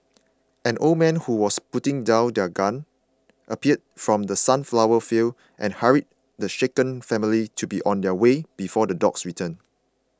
an old man who was putting down his gun appeared from the sunflower fields and hurried the shaken family to be on their way before the dogs return